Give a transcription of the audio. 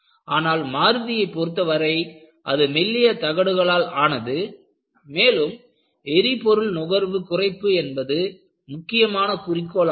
ஆனால் மாருதியை பொருத்தவரை அது மெல்லிய தகடுகளால் ஆனது மேலும் எரிபொருள் நுகர்வு குறைப்பு என்பது முக்கியமான குறிக்கோள் ஆகும்